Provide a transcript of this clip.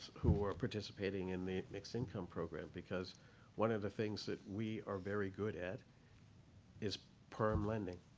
who are participating in the mixed income program, because one of the things that we are very good at is perm lending.